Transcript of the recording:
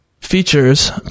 features